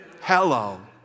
Hello